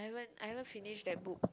haven't I haven't finished that book